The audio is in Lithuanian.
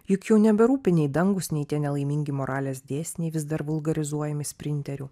juk jau neberūpi nei dangūs nei tie nelaimingi moralės dėsniai vis dar vulgarizuojami sprinterių